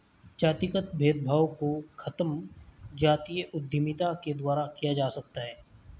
जातिगत भेदभाव को खत्म जातीय उद्यमिता के द्वारा किया जा सकता है